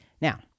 Now